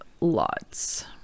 lots